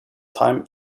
time